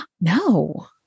No